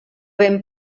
ben